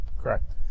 Correct